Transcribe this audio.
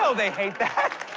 so they hate that.